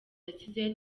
yasize